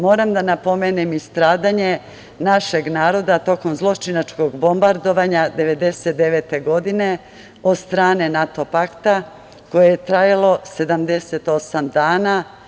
Moram da napomenem i stradanje našeg naroda tokom zločinačkog bombardovanja 1999. godine od strane NATO pakta, koje je trajalo 78 dana.